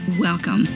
Welcome